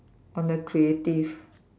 on the creative